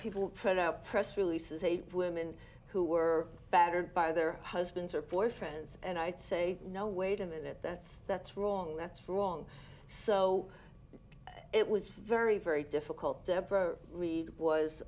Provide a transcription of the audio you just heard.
people put out press releases eight women who were battered by their husbands or boyfriends and i'd say no wait a minute that's that's wrong that's wrong so it was very very difficult to ever read was